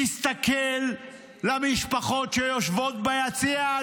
תסתכל על משפחות שיושבות ביציע,